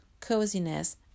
coziness